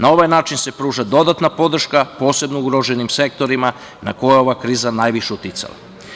Na ovaj način se pruža dodatna podrška posebno ugroženim sektorima na koje je ova kriza najviše uticala.